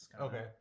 okay